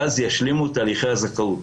ואז הם ישלימו את הליכי הזכאות.